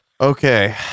okay